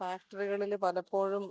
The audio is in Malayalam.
ഫാക്ടറികളിൽ പലപ്പോഴും